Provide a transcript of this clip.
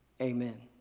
Amen